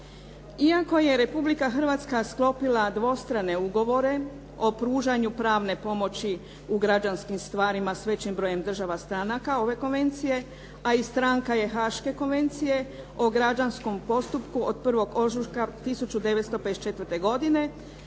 Iako je Republika Hrvatska sklopila dvostrane ugovore o pružanju pravne pomoći u građanskim stvarima s većim brojem državama stranaka ove konvencije a i stranka je haške konvencije o građanskom postupku od 1. ožujka 1954. godine